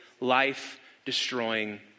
life-destroying